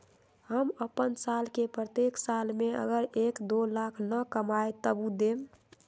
हम अपन साल के प्रत्येक साल मे अगर एक, दो लाख न कमाये तवु देम?